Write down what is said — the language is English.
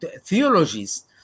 theologies